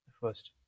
first